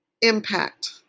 impact